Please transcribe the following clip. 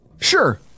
Sure